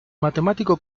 matemático